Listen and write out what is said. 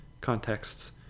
contexts